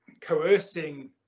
coercing